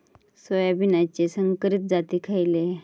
सोयाबीनचे संकरित जाती खयले?